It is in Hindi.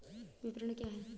विपणन क्या है?